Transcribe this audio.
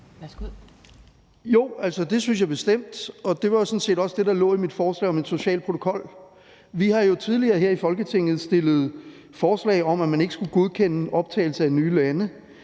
det synes jeg bestemt, og det var sådan set også det, der lå i mit forslag om en social protokol. Vi har jo tidligere her i Folketinget fremsat forslag om, at man ikke skulle godkende optagelse af nye lande,